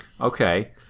Okay